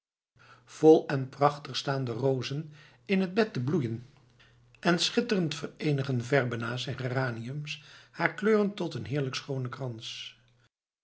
vol en prachtig staan de rozen in het bed te bloeien en schitterend vereenigen verbena's en geraniums haar kleuren tot een heerlijk schoonen krans